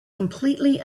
completely